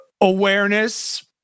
awareness